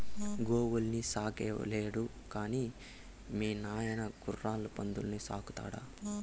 గోవుల్ని సాకలేడు గాని మీ నాయన గుర్రాలు పందుల్ని సాకుతాడా